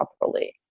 properly